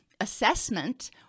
assessment